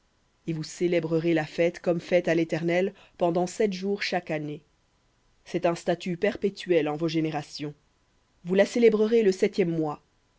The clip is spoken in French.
et vous célébrerez la fête comme fête à l'éternel pendant sept jours chaque année un statut perpétuel en vos générations vous la célébrerez le septième mois